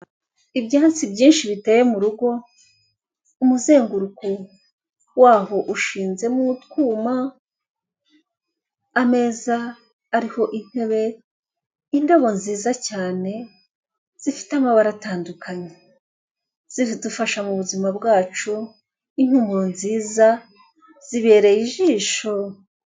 Ibyatsi byinshi biteye mu rugo, umuzenguruko waho ushinzemo utwuma, ameza ariho intebe, indabo nziza cyane zifite amabara atandukanye, zidufasha mu buzima bwacu, impumuro nziza, zibereye ijisho.